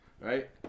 right